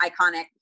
iconic